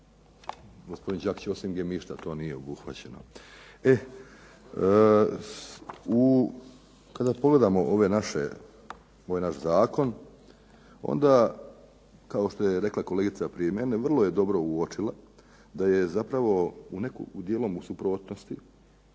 Gospodin Đakić osim gemišta to nije obuhvaćeno. E, kada pogledamo ove naše, ovaj naš zakon onda kao što je rekla kolegica prije mene, vrlo je dobro uočila, da je zapravo dijelom u suprotnosti.